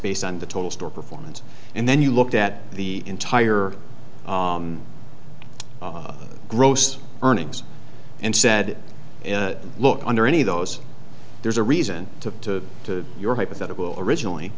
based on the total store performance and then you looked at the entire grossed earnings and said look under any of those there's a reason to to your hypothetical originally